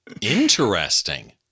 Interesting